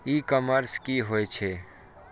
ई commerce की होय छेय?